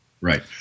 right